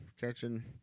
catching